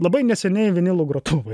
labai neseniai vinilų grotuvą